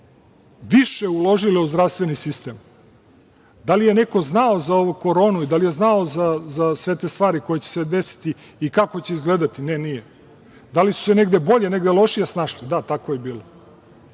više uložile u zdravstveni sistem. Da li je neko znao za ovu koronu i da li je znao za sve te stvari koje će se deseti i kako će izgledati? Ne, nije. Da li su se negde bolje, negde lošije snašli? Da, tako je bilo.